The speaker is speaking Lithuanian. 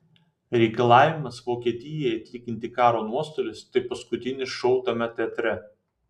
reikalavimas vokietijai atlyginti karo nuostolius tai paskutinis šou tame teatre